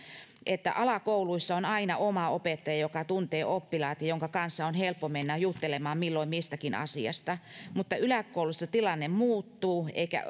että alakouluissa on aina oma opettaja joka tuntee oppilaat ja jonka kanssa on helppo mennä juttelemaan milloin mistäkin asiasta mutta yläkoulussa tilanne muuttuu eikä